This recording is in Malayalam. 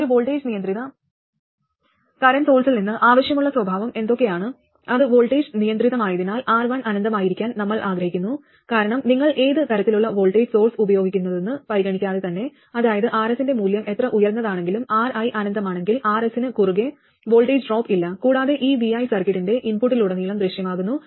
ഒരു വോൾട്ടേജ് നിയന്ത്രിത കറന്റ് സോഴ്സിൽ നിന്ന് ആവശ്യമുള്ള സ്വഭാവം എന്തൊക്കെയാണ് അത് വോൾട്ടേജ് നിയന്ത്രിതമായതിനാൽ Ri അനന്തമായിരിക്കാൻ നമ്മൾ ആഗ്രഹിക്കുന്നു കാരണം നിങ്ങൾ ഏത് തരത്തിലുള്ള വോൾട്ടേജ് സോഴ്സ് ഉപയോഗിക്കുന്നതെന്ന് പരിഗണിക്കാതെ തന്നെ അതായത് Rs ന്റെ മൂല്യം എത്ര ഉയർന്നതാണെങ്കിലും Ri അനന്തമാണെങ്കിൽ Rs ന് കുറുകെ വോൾട്ടേജ് ഡ്രോപ്പ് ഇല്ല കൂടാതെ ഈ vi സർക്യൂട്ടിന്റെ ഇൻപുട്ടിലുടനീളം ദൃശ്യമാകുന്നു